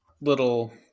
little